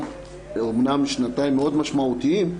אמנם שנתיים מאוד משמעותיות,